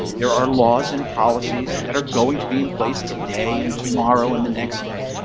there are laws and policies that are going to be in place today and tomorrow and the next day.